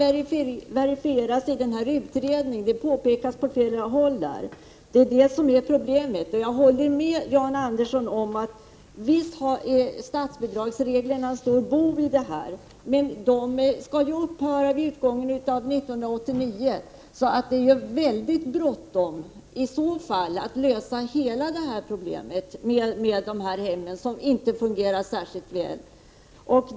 Det verifieras i utredningen; det påpekas där på flera ställen. Det är det som är problemet. Jag håller med Jan Andersson om att statsbidragsreglerna är en stor bov i det här dramat, men de skall ju upphöra att gälla med utgången av 1989. Det är i så fall mycket bråttom att lösa problemen med de här hemmen som inte fungerar särskilt bra.